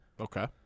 Okay